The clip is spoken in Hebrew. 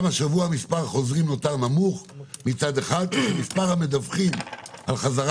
גם השבוע מספר החוזרים נותר נמוך מצד אחד ומספר המדווחים על חזרה